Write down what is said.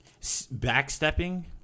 backstepping